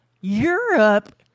Europe